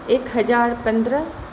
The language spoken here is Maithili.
एक हजार पन्द्रह